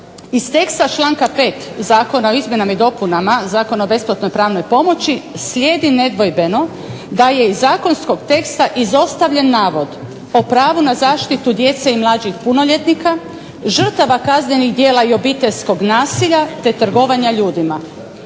iz teksta članka 5. Zakona o izmjenama i dopunama Zakona o besplatnoj pravnoj pomoći slijedi nedvojbeno da je iz zakonskog teksta izostavljen navod o pravu na zaštitu djece i mlađih punoljetnika, žrtava kaznenih djela i obiteljskog nasilja, te trgovanja ljudima.